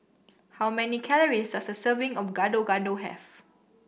how many calories does a serving of Gado Gado have